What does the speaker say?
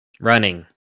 Running